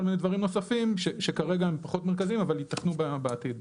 מיני דברים נוספים שכרגע הם פחות מרכזיים אבל ייתכנו בעתיד.